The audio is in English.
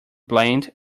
bland